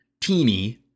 teeny